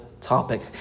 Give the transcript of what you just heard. Topic